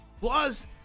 Plus